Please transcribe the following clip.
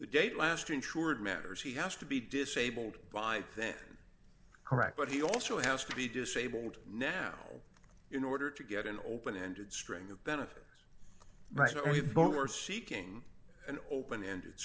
the date last insured matters he has to be disabled by then correct but he also has to be disabled now in order to get an open ended string of benefits right now we both were seeking an open ended